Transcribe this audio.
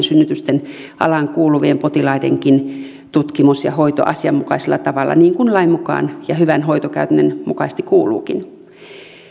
synnytysten alaan kuuluvien potilaidenkin tutkimus ja hoito asianmukaisella tavalla niin kuin lain mukaan ja hyvän hoitokäytännön mukaisesti kuuluukin